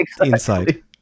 inside